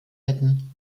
hätten